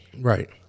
Right